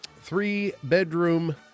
three-bedroom